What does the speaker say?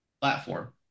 platform